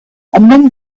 among